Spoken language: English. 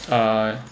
uh